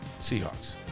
Seahawks